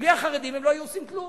בלי החרדים הם לא היו עושים כלום.